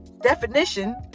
definition